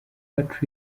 patrick